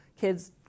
kids